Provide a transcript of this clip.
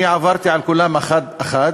אני עברתי על כולם, אחד-אחד,